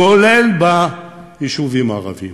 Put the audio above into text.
כולל ביישובים הערביים.